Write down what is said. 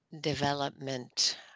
development